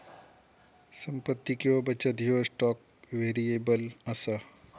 संपत्ती किंवा बचत ह्यो स्टॉक व्हेरिएबल असा